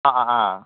অঁ অঁ অঁ